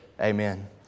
Amen